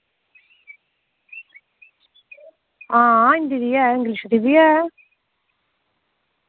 हां हिंदी दी ऐ इंग्लिश दी बी ऐ